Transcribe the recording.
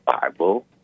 Bible